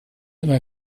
immer